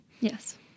yes